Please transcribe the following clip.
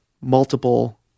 multiple